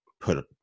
put